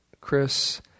Chris